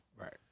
right